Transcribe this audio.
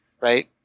right